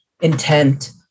intent